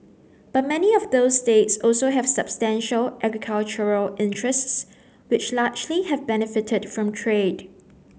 but many of those states also have substantial agricultural interests which largely have benefited from trade